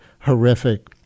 horrific